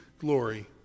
glory